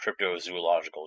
cryptozoological